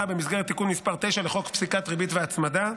במסגרת תיקון מס' 9 לחוק פסיקת ריבית והצמדה,